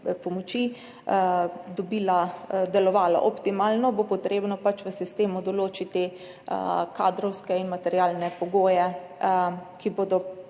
pomoči, delovala optimalno, treba pač v sistemu določiti kadrovske in materialne pogoje, ki bodo